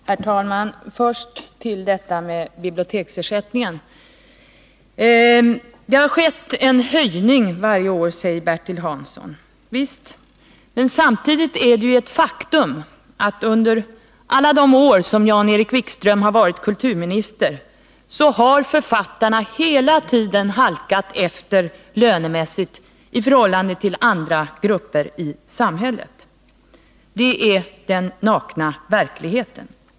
Herr talman! Först om biblioteksersättningen: Det har skett en höjning varje år, säger Bertil Hansson. Ja visst, men samtidigt är det ett faktum att under alla de år som Jan-Erik Wikström varit kulturminister har författarna halkat efter lönemässigt i förhållande till andra grupper i samhället. Det är den nakna verkligheten.